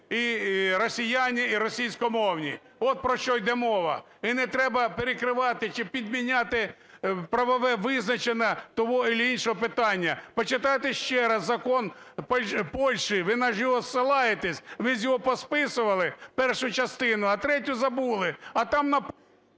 і росіяни, і російськомовні. От про що йде мова. І не треба перекривати чи підміняти правове визначення того чи іншого питання. Почитайте ще раз закон Польщі, ви ж на нього посилаєтесь, ви з нього посписували першу частину, а третю забули.